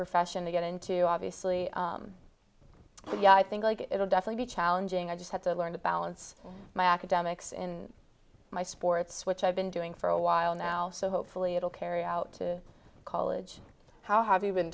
profession to get into obviously but yeah i think it'll definitely be challenging i just have to learn to balance my academics in my sports which i've been doing for a while now so hopefully it'll carry out to college how have you been